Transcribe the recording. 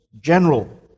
general